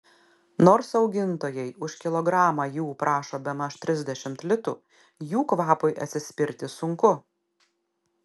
nors augintojai už kilogramą jų prašo bemaž trisdešimt litų jų kvapui atsispirti sunku